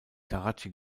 karatschi